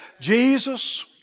Jesus